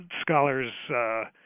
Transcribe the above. scholars